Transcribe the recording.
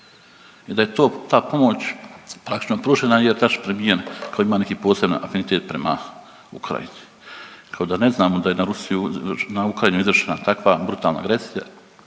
i da je to ta pomoć praktično pružena …/Govornik se ne razumije./… koji ima neki poseban afinitet prema Ukrajini. Tako da ne znam, onda je na Rusiju, na Ukrajinu izvršena takva brutalna agresija